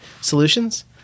solutions